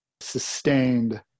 sustained